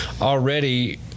already